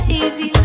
easy